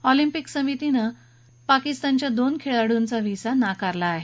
Olympic समितीनं पाकिस्तानच्या दोन खेळाडूंचा व्हिसा नाकारला आहे